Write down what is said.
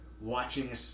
watching